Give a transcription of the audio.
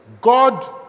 God